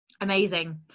amazing